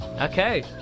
Okay